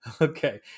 okay